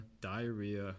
diarrhea